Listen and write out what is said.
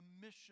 mission